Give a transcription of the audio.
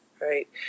Right